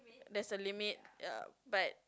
there's a limit ya but